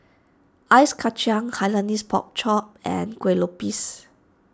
Ice Kachang Hainanese Pork Chop and Kueh Lopes